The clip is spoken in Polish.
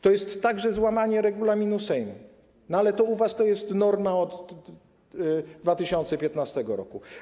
To jest także złamanie regulaminu Sejmu, no ale to u was jest normą od 2015 r.